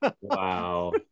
Wow